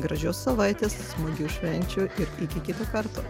gražios savaitės smagių švenčių ir iki kito karto